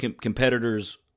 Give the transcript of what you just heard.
competitors